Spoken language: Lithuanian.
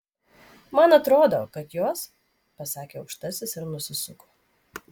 man atrodo kad jos pasakė aukštasis ir nusisuko